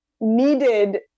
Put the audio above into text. needed